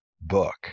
book